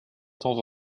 temps